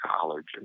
college